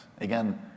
Again